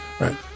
Right